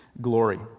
glory